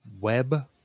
web